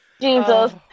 Jesus